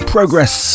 Progress